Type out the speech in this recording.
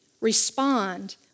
respond